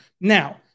Now